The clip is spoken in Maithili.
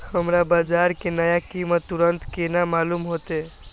हमरा बाजार के नया कीमत तुरंत केना मालूम होते?